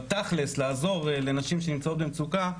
אבל תכל'ס לעזור לנשים שנמצאות במצוקה,